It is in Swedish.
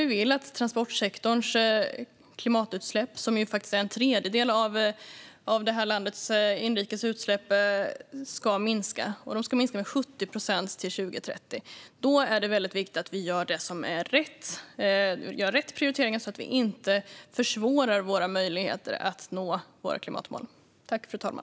Vi vill att transportsektorns klimatutsläpp, som faktiskt utgör en tredjedel av landets inrikes utsläpp, ska minska med 70 procent till 2030. Då är det viktigt att Sverige gör rätt prioriteringar så att vi inte försvårar möjligheten att nå klimatmålen.